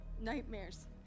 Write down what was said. Nightmares